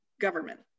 government